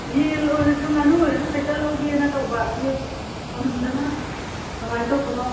ꯌꯦꯟ ꯑꯣꯏꯔꯁꯨ ꯉꯥꯅꯨ ꯑꯣꯏꯔꯁꯨ ꯈꯤꯇ ꯂꯧꯒꯦꯅ ꯇꯧꯕ ꯑꯗꯨ ꯃꯃꯟꯗꯨꯅ ꯀꯃꯥꯏꯅ ꯇꯧꯕꯅꯣ